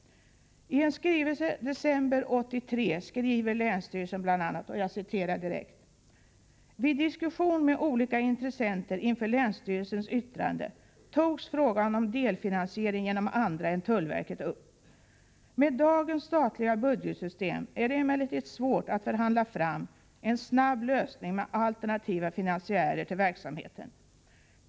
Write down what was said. I en skrivelse i december 1983 skriver länsstyrelsen bl.a.: ”Vid diskussion med olika intressenter inför länsstyrelsens yttrande togs frågan om delfinansiering genom andra än tullverket upp. Med dagens statliga budgetsystem är det emellertid svårt att förhandla fram en snabb lösning med alternativa finansiärer till verksamheten.